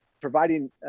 providing